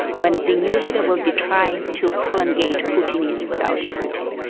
when the new leader will be trying to promulgate putinese without putin.